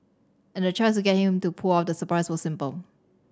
and the choice to get him to pull off the surprise was simple